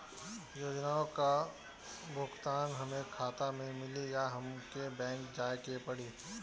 योजनाओ का भुगतान हमरे खाता में मिली या हमके बैंक जाये के पड़ी?